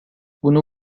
bunu